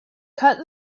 cut